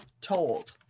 told